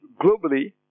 globally